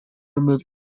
remove